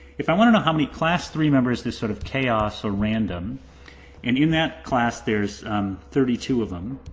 if i want to know how many class three members this sort of chaos or random and in that class there's thirty two of them,